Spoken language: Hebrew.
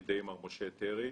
בידי מר משה טרי.